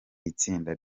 itsinda